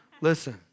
Listen